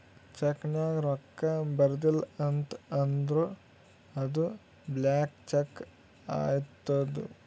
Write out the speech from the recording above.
check ನಾಗ್ ರೊಕ್ಕಾ ಬರ್ದಿಲ ಅಂತ್ ಅಂದುರ್ ಅದು ಬ್ಲ್ಯಾಂಕ್ ಚೆಕ್ ಆತ್ತುದ್